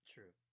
True